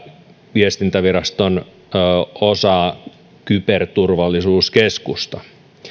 viestintäviraston osaa kyberturvallisuuskeskusta